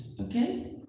okay